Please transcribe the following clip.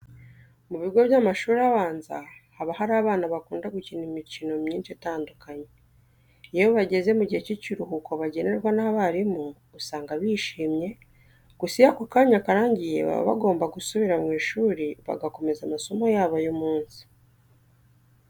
Mu bigo by'amashuri abanza haba hari abana bakunda gukina imikino myinshi itandukanye. Iyo bageze mu gihe cy'ikiruhuko bagenerwa n'abarimu, usanga bishimye gusa iyo ako kanya karangiye baba bagomba gusubira mu ishuri bagakomeza amasomo yabo y'umunsi.